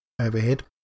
overhead